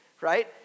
right